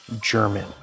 German